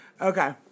Okay